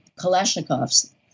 Kalashnikovs